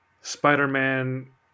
Spider-Man